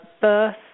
birth